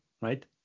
right